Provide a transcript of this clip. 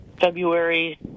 February